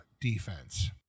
defense